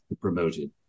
promoted